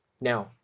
now